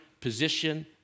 position